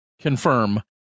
confirm